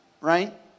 right